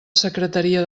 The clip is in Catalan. secretaria